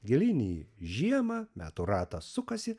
gilyn į žiemą metų ratas sukasi